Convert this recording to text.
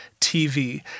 TV